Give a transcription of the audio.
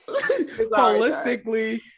holistically